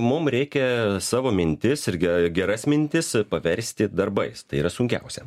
mum reikia savo mintis ir geras mintis paversti darbais tai yra sunkiausia